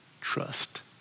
trust